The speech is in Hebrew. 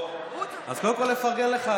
אז קודם כול אני מפרגן לך,